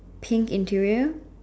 pink interior